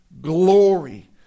glory